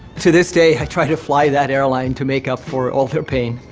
to this day, i try to fly that airline to make up for all their pain.